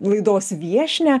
laidos viešnią